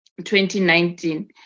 2019